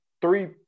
three